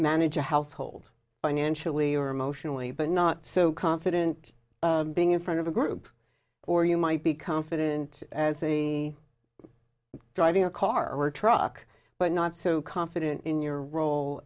manage a household financially or emotionally but not so confident being in front of a group or you might be confident as a driving a car or truck but not so confident in your role